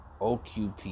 OQP